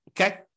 Okay